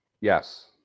Yes